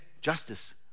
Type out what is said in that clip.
justice